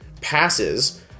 passes